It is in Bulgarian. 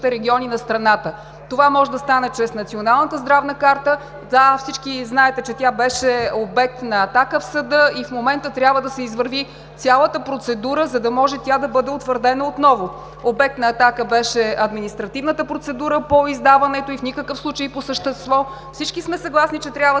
региони на страната. Това може да стане чрез Националната здравна карта. Да, всички знаете, че тя беше обект на атака в съда и в момента трябва да се извърви цялата процедура, за да може да бъде утвърдена отново. Обект на атака беше административната процедура по издаването и в никакъв случай по същество. Всички сме съгласни, че трябва